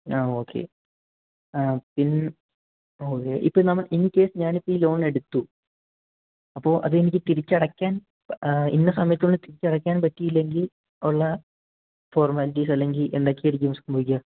ആ ഓക്കെ ആ പിൻ ഓക്കേ ഇപ്പോൾ നമ്മൾ ഇൻകേസ് ഞാൻ ഇപ്പോൾ ഈ ലോണെടുത്തു അപ്പോൾ അത് എനിക്ക് തിരിച്ചടക്കാൻ ഇന്ന സമയത്തിനുള്ളിൽ തിരിച്ചടയ്ക്കാൻ പറ്റിയില്ലെങ്കിൽ ഉള്ള ഫോർമാലിറ്റീസ് അല്ലെങ്കിൽ എന്തൊക്കെയായിരിക്കും സംഭവിക്കുക